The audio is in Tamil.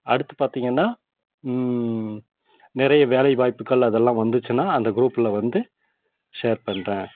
அடுத்து பார்த்திங்கன்னா நிறைய வேலை வாய்ப்புக்கள் அதெல்லாம் வந்துச்சுனா அந்த குரூப்பில் வந்து ஷேர் பண்றேன்